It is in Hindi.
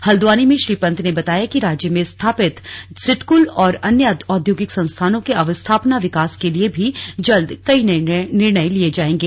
हल्द्वानी में श्री पंत ने बताया कि राज्य में स्थपित सिडकुल और अन्य औद्योगिक संस्थानों के अवस्थापना विकास के लिए भी जल्द कई निर्णय लिए जायेर्गे